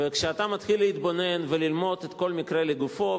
וכשאתה מתחיל להתבונן וללמוד כל מקרה לגופו,